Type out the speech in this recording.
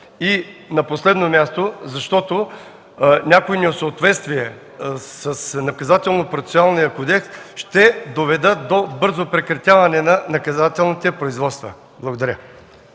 И на последно място, защото някои несъответствия с Наказателно-процесуалния кодекс ще доведат до бързо прекратяване на наказателните производства. Благодаря.